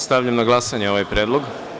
Stavljam na glasanje ovaj predlog.